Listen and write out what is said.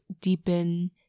deepen